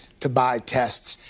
to buy tests.